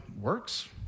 works